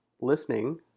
listening